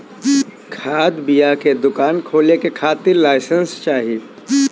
खाद बिया के दुकान खोले के खातिर लाइसेंस चाही